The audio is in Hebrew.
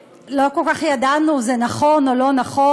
ולא כל כך ידענו אם זה נכון או לא נכון.